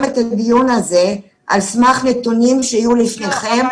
את הדיון הזה על סמך נתונים שיהיו לפניכם.